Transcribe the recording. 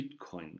Bitcoin